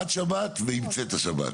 עד שבת ועם צאת השבת.